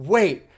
Wait